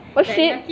what the shit